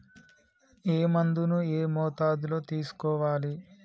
ఏ మందును ఏ మోతాదులో తీసుకోవాలి?